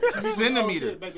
centimeter